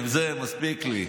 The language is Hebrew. עם זה מספיק לי,